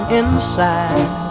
inside